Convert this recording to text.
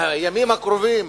בימים הקרובים,